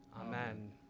Amen